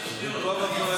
דבר על שדרות.